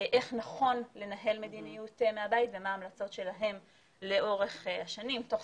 איך נכון לנהל מדיניות מהבית ומה ההמלצות שלהם לאורך השנים תוך